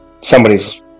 somebody's